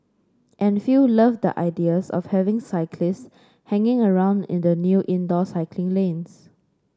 and a few loved the ideas of having cyclists hanging around in the new indoor cycling lanes